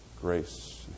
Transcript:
grace